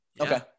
Okay